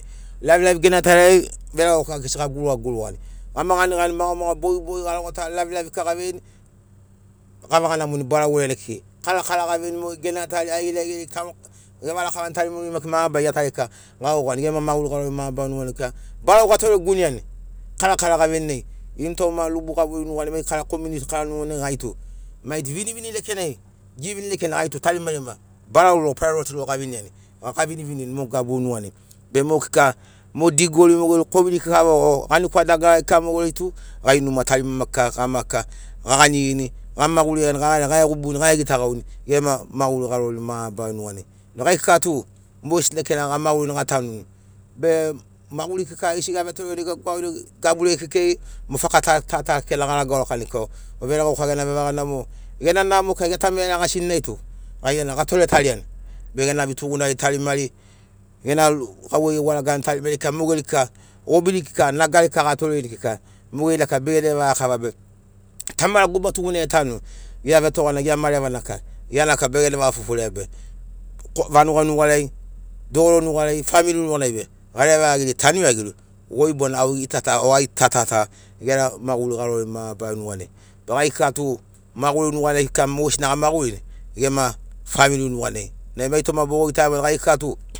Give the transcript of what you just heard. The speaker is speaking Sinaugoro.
Lavilavi genatariai veregauka gesi gaguruga gurugani gama ganigani magomago bogibogi garogota lavilavi kika gaveini gavage namoni barau goiranai kekei karakara gaveini mogeri genatari aigeri aigeri gevaga lakavani tarimari maki mabarari iatariai kika gagaugauni gema maguri garori mabarari nugariai kika. Barau gatore guineani karakara gaveini nai initoma lubu gauveiri nuganai mai kara kominiti kara nuganai gait u mai tu vinivini lekenai givin lekenai gai tu tarimarima barau logo praioroti logo gaviniani a gavinivinini mo gabu nuganai be mo kika mo digoli mogeri kovili kika gani kwa dagarari mogeri tu gai numa tarimama kika gama kika gaganirini gamaguri iagirini gavegubuni gavegitagauni gema maguri garori mabarari nuganai. Be gai kika tu mogesina gamagurini gatanuni. Be maguri kika aigesi geavetoreni gegwagigini gaburiai kekei mo faka ta ta ta kekei na garaga lokani kika o veregauka gena vevaganamo gena namo kika iatamiai eragasini nai tu gai ena gatore tariani be gena vitugunagi tarimari gena gauvei gegwaragaini tarimari kika mogeri kika gobiri kika nagari kika gatorerini kika mogerina kika begene vagakava be tamara guba tugunai etanuni gia vetogana gia marevana kika gia na kika begene vaga foforia be vanuga nugariai dogoro nugariai famili nuganai be gareva iagiri tanu iagiri goi bona au gita ta ta o ai ta ta gera maguri garori mabarari nuganai. Be gai kika tu maguri nugariai kika mogesina gamagurini gema famili nuganai nai mai toma bogogitaia maiga gai kika tu